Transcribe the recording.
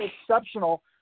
exceptional